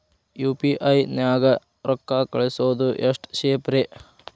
UPI ನ್ಯಾಗ ರೊಕ್ಕ ಕಳಿಸೋದು ಎಷ್ಟ ಸೇಫ್ ರೇ?